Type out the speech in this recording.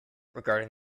regarding